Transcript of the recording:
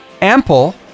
ample